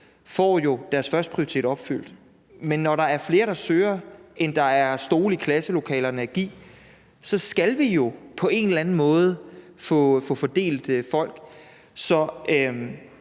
får deres førsteprioritet opfyldt, men når der er flere, der søger, end der er stole i klasselokalerne, så skal vi jo på en eller anden måde have fordelt folk;